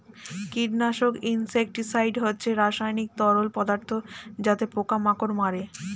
কীটনাশক ইনসেক্টিসাইড হচ্ছে রাসায়নিক তরল পদার্থ যাতে পোকা মাকড় মারে